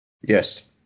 yes